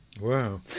Wow